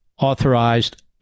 authorized